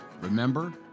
Remember